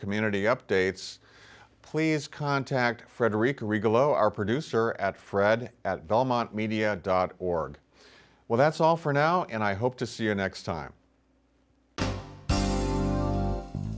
community updates please contact frederick regal o our producer at fred at belmont media dot org well that's all for now and i hope to see you next time